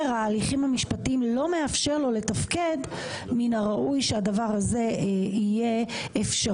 ההליכים המשפטיים לא מאפשר לו לתפקד מן הראוי שהדבר הזה יהיה אפשרות.